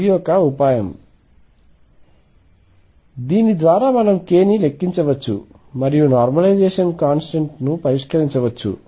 ఇది ఒక ఉపాయం దీని ద్వారా మనం k ని లెక్కించవచ్చు మరియు నార్మలైజేషన్ కాంస్టెంట్ ను కూడా పరిష్కరించవచ్చు